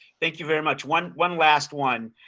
thank you very much, one one last one.